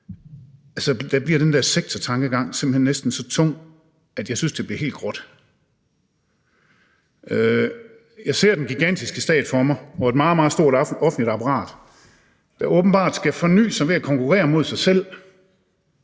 bliver den der sektortankegang simpelt hen næsten så tung, at jeg synes, det bliver helt gråt. Jeg ser den gigantiske stat for mig og et meget, meget stort offentligt apparat, der åbenbart skal forny sig ved at konkurrere mod sig selv.